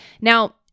Now